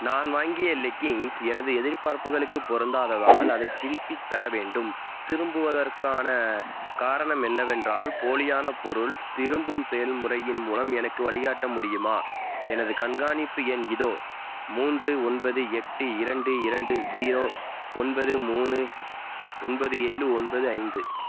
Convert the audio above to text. நான் வாங்கிய லிக்கிங்ஸ் எனது எதிர்பார்ப்புகளுக்கு பொருந்தாததால் அதை திருப்பி தர வேண்டும் திரும்புவதற்கான காரணம் என்னவென்றால் போலியான பொருள் திரும்பும் செயல் முறையின் மூலம் எனக்கு வழிகாட்ட முடியுமா எனது கண்காணிப்பு எண் இதோ மூன்று ஒன்பது எட்டு இரண்டு இரண்டு ஜீரோ ஒன்பது மூணு ஒன்பது ஏழு ஒன்பது ஐந்து